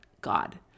God